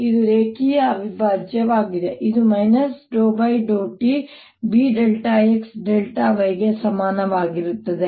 ಇದು ರೇಖೆಯ ಅವಿಭಾಜ್ಯವಾಗಿದೆ ಇದು ∂tBxy ಗೆ ಸಮನಾಗಿರುತ್ತದೆ